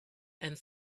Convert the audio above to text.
and